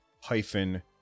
hyphen